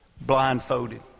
Blindfolded